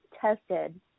tested